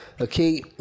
Okay